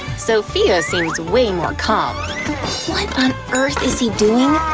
sophia seems way more calm. what on earth is he doing?